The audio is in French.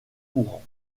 courants